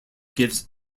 gives